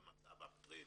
כל מצב הפרינט,